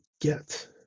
get